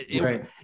right